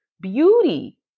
beauty